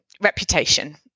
reputation